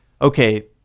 okay